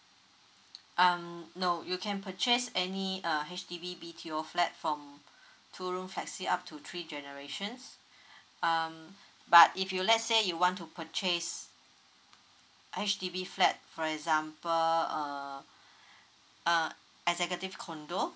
um no you can purchase any uh H_D_B B_T_O flat from two room flexi up to three generations um but if you let's say you want to purchase a H_D_B flat for example uh uh executive condo